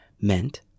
meant